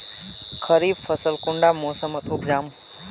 खरीफ फसल कुंडा मोसमोत उपजाम?